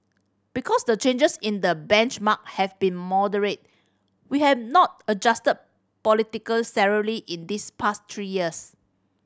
because the changes in the benchmark have been moderate we have not adjusted political salary in these past three years